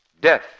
Death